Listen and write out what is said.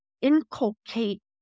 inculcate